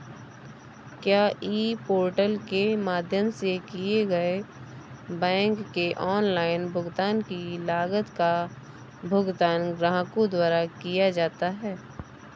क्या e portal के माध्यम से किए गए बैंक के ऑनलाइन भुगतान की लागत का भुगतान ग्राहकों द्वारा किया जाता है?